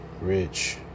rich